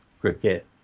cricket